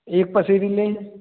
एक पसेरी लें